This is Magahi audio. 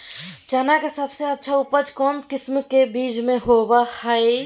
चना के सबसे अच्छा उपज कौन किस्म के बीच में होबो हय?